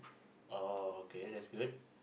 oh okay that's good